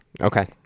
Okay